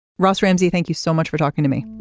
ross ramsey. thank you so much for talking to me.